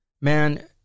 Man